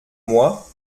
moi